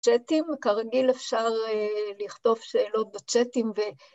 צ'אטים, כרגיל אפשר לכתוב שאלות בצ'אטים ו...